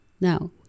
Now